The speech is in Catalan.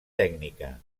tècnica